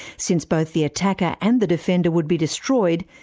since both the attacker and the defender would be destroyed,